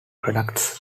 products